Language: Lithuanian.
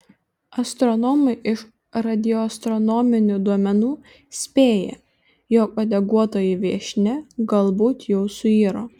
astronomai iš radioastronominių duomenų spėja jog uodeguotoji viešnia galbūt jau suiro